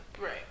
right